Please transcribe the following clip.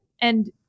and-